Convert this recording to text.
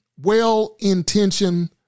well-intentioned